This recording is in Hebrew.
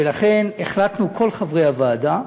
ולכן החלטנו, כל חברי הוועדה,